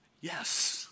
Yes